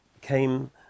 came